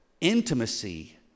Intimacy